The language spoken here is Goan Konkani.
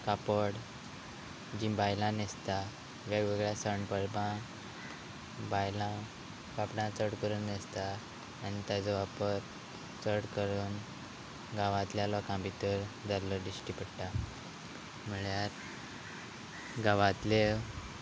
कापड जी बायलां न्हेसता वेगवेगळ्या सण परबां बायलां कापडां चड करून न्हेसता आनी ताजो वापर चड करून गांवांतल्या लोका भितर जाल्लो दिश्टी पडटा म्हळ्यार गांवांतले